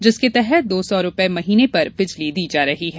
जिसके तहत दो सौ रूपये महीने पर बिजली दी जा रही है